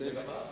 בבקשה